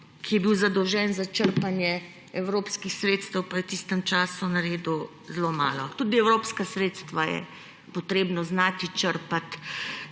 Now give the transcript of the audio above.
je bil zadolžen za črpanje evropskih sredstev pa je v tistem času naredil zelo malo, tudi evropska sredstva je treba znati črpati